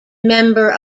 member